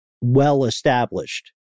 well-established